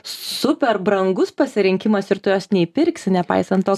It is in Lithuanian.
super brangus pasirinkimas ir tu jos neįpirksi nepaisant tos